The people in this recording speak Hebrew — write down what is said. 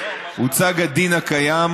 הוצג הדין הקיים,